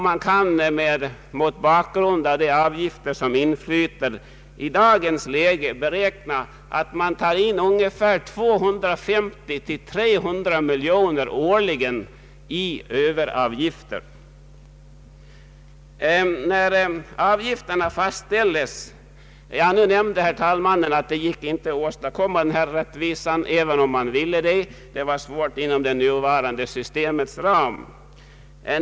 Med hänsyn till de avgifter som i dagens läge inflyter kan beräknas att det årligen inflyter ungefär 250—300 miljoner kronor i överavgifter. anförde att det inte gick att åstadkomma den rättvisa som vi eftersträvar, även om man ville det, eftersom det var svårt att göra det inom det nuvarande systemets ram.